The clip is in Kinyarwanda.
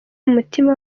umutima